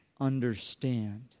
understand